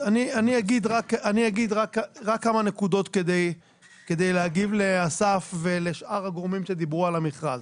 אני אגיד רק כמה נקודות כדי להגיב לאסף ולשאר הגורמים שדיברו על המכרז.